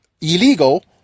illegal